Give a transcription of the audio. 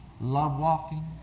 love-walking